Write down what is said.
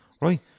right